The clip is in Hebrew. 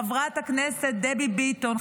חברת הכנסת דבי ביטון,